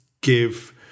give